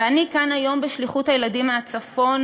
ואני כאן היום בשליחות הילדים מהצפון,